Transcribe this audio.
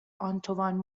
آنتوان